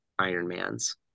Ironmans